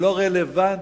לא רלוונטית.